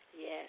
Yes